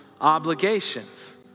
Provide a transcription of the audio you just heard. obligations